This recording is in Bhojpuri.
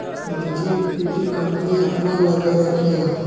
निजी इक्विटी, कंपनी अपना लग्गे राखेला